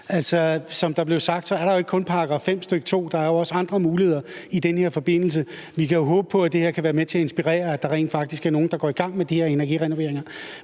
Som der blev sagt, er der jo ikke kun § 5, stk. 2; der er jo også andre muligheder i den her forbindelse. Vi kan jo håbe på, at det her kan være med til at inspirere, så er der rent faktisk er nogen, der går i gang med de her energirenoveringer.